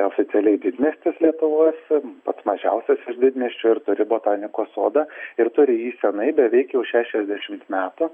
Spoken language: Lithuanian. oficialiai didmiestis lietuvos pats mažiausias iš didmiesčių ir turi botanikos sodą ir turi jį senai beveik jau šešiasdešimt metų